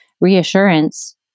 reassurance